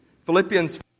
Philippians